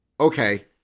okay